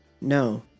No